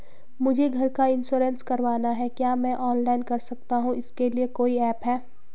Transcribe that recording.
मुझे घर का इन्श्योरेंस करवाना है क्या मैं ऑनलाइन कर सकता हूँ इसके लिए कोई ऐप है?